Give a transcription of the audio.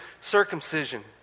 circumcision